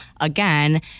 again